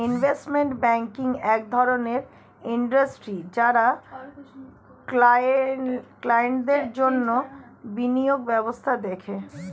investment banking এক ধরণের industry যারা ক্লায়েন্টদের জন্যে বিনিয়োগ ব্যবস্থা দেখে